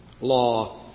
law